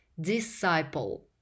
disciple